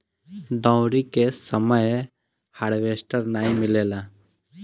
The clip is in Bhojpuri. दँवरी के समय हार्वेस्टर नाइ मिलेला